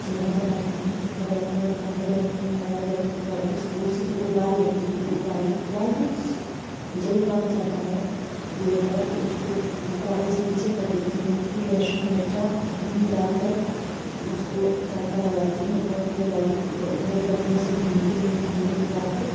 चूल्हा जलाती हूँ चूल्हा जलाने के बाद कढ़ाई रखती हूँ कढ़ाई रखने के बाद उसको उसी तरह उबाल लेती हूँ उबालने के बाद जब वह पक जाता है पूरी तरह तो उसको कढ़ाई से नीचे कर देती हूँ फ़िर लहसुन मिर्च हींग डालकर उसको तड़का लगाती हूँ और तेल डालकर खूब बहुत बढ़िया से भूनती हूँ भूनने के बाद